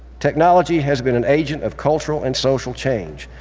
technology has been an agent of cultural and social change.